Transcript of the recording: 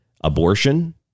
Abortion